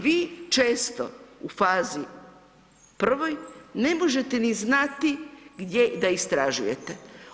Vi često u fazi prvoj ne možete ni znati gdje da istražujete.